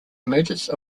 emergence